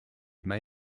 may